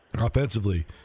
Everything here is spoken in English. offensively